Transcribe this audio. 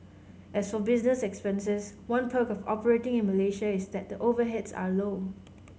as for business expenses one perk of operating in Malaysia is that the overheads are low